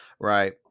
Right